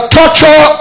torture